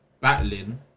battling